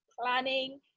planning